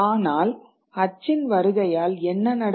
ஆனால் அச்சின் வருகையால் என்ன நடக்கும்